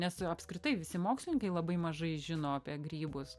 nes apskritai visi mokslininkai labai mažai žino apie grybus